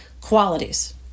qualities